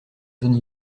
zone